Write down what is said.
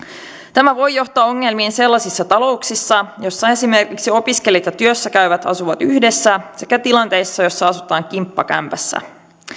tämä voi johtaa ongelmiin sellaisissa talouksissa joissa esimerkiksi opiskelijat ja työssäkäyvät asuvat yhdessä sekä tilanteissa joissa asutaan kimppakämpässä